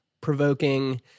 provoking